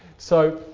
so,